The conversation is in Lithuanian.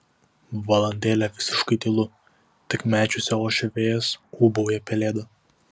valandėlę visiškai tylu tik medžiuose ošia vėjas ūbauja pelėda